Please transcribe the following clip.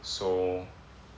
so